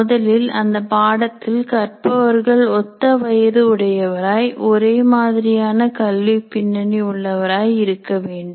முதலில் அந்த பாடத்தில் கற்பவர்கள் ஒத்த வயது உடையவராய் ஒரே மாதிரியான கல்வி பின்னணி உள்ளவராய் இருக்க வேண்டும்